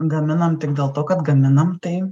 gaminam tik dėl to kad gaminam tai